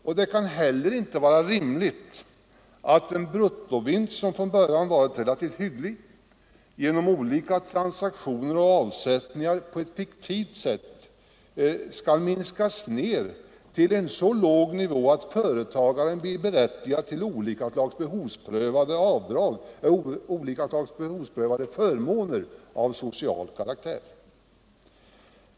Vidare kan det inte vara rimligt att en vinst, som från början varit relativt hygglig, genom olika transaktioner och avsättningar på ett fiktivt sätt skall minskas ner till en så låg nivå att företagaren blir berättigad till olika slags behovsprövade förmåner av social karaktär.